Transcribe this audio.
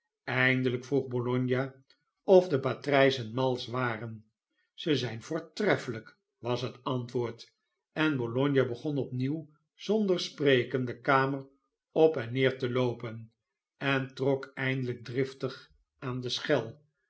eindelijk vroeg bologna of de patrijzen malsch waren ze zijn voortreffelijk was het antwoord en bologna begon opnieuw zonder spreken de kamer op en neer te loopen en trok eindelijk driftig aan de schel